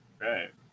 Right